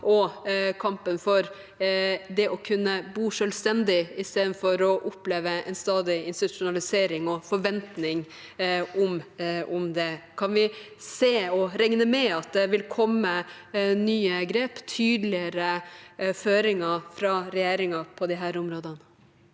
og kampen for det å kunne bo selvstendig, istedenfor å oppleve en stadig institusjonalisering og forventning om det. Kan vi regne med at det vil komme nye grep og tydeligere føringer fra regjeringen på disse områdene?